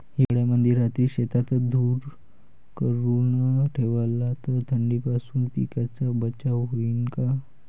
हिवाळ्यामंदी रात्री शेतात धुर करून ठेवला तर थंडीपासून पिकाचा बचाव होईन का?